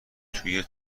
توی